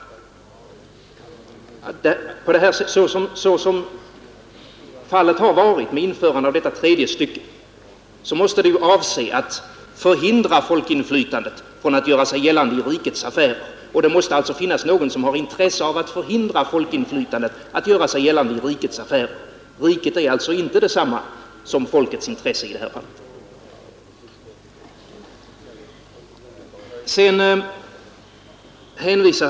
Så som fallet har varit med införandet av detta tredje stycke måste det ju avse att förhindra folkinflytandet att göra sig gällande i rikets affärer, och det måste alltså finnas någon som har intresse av att förhindra folkinflytandet att göra sig gällande i rikets affärer; rikets intressen är alltså inte detsamma som folkets intressen i det här fallet.